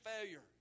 failure